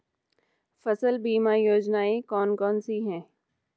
फसल बीमा योजनाएँ कौन कौनसी हैं?